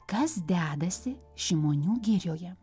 kas dedasi šimonių girioje